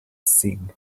sing